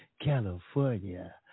California